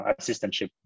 assistantship